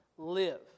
live